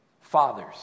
Fathers